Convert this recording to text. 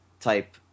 type